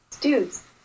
dudes